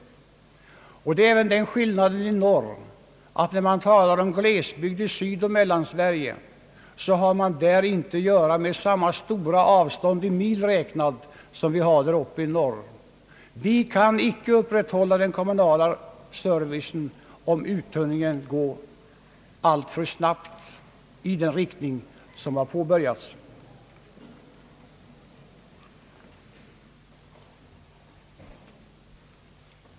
Det är väl den skillnaden att när det gäller glesbygder i Sydoch Mellansve rige har man inte samma stora avstånd i mil räknat som vi har däruppe i norr. Vi kan icke upprätthålla den kommunala servicen, om uttunningen går alltför snabbt i den riktning som påbörjats.